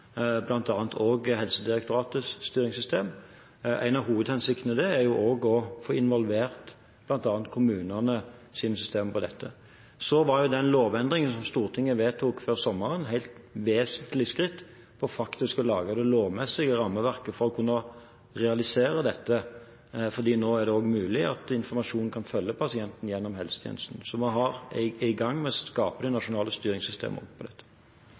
bl.a. også Helsedirektoratets styringssystem. En av hovedhensiktene med det er å få involvert bl.a. kommunenes systemer. Lovendringen som Stortinget vedtok før sommeren, var et helt vesentlig skritt for faktisk å lage det lovmessige rammeverket for å kunne realisere dette, fordi nå er det også mulig at informasjon kan følge pasienten gjennom helsetjenesten. Så vi er i gang med å skape et nasjonalt styringssystem også for dette. Eg lyttar nøye når statsråden taler, og